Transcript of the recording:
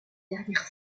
dernière